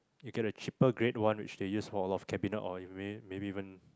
you get a cheaper grade one which they use for a lot of cabinet or maybe maybe even